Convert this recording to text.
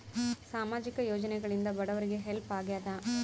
ಸಾಮಾಜಿಕ ಯೋಜನೆಗಳಿಂದ ಬಡವರಿಗೆ ಹೆಲ್ಪ್ ಆಗ್ಯಾದ?